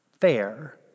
fair